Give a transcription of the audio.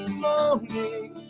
morning